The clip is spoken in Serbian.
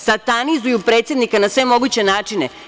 Satanizuju predsednika na sve moguće načine.